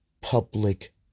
public